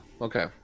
okay